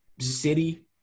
city